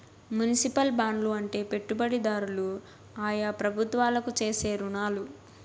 municipal బాండ్లు అంటే పెట్టుబడిదారులు ఆయా ప్రభుత్వాలకు చేసే రుణాలు